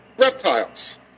reptiles